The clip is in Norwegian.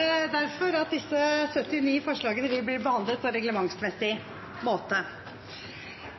at disse 79 forslagene blir behandlet på reglementsmessig måte.